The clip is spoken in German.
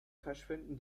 verschwinden